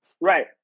right